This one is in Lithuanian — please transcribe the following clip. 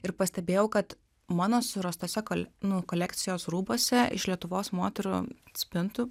ir pastebėjau kad mano surastose kol nu kolekcijos rūbuose iš lietuvos moterų spintų